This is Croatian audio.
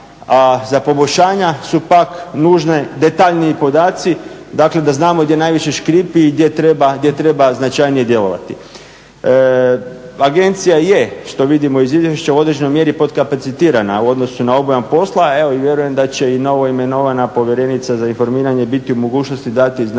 a za poboljšanja su pak nužni detaljniji podaci, dakle da znamo gdje najviše škripi i gdje treba značajnije djelovati. Agencija je, što vidimo iz izvješća, u određenoj mjeri podkapacitirana u odnosu na obujam posla, a evo i vjerujem da će i na ovo imenovana povjerenica za informiranje biti u mogućnosti dati značajno